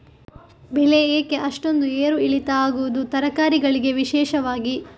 ಬೆಳೆ ಯಾಕೆ ಅಷ್ಟೊಂದು ಏರು ಇಳಿತ ಆಗುವುದು, ತರಕಾರಿ ಗಳಿಗೆ ವಿಶೇಷವಾಗಿ?